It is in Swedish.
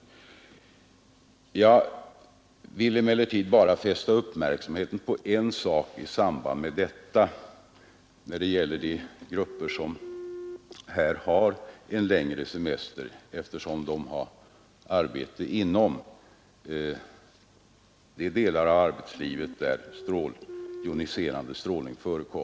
Jag vill emellertid fästa uppmärksamheten på en sak när det gäller de grupper som genom särskilda bestämmelser har en längre semester.